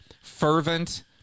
fervent